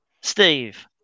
Steve